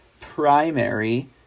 primary